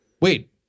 wait